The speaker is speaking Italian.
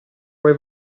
poi